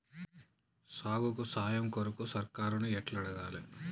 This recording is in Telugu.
సాగుకు సాయం కొరకు సర్కారుని ఎట్ల అడగాలే?